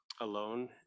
alone